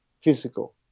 physical